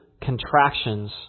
contractions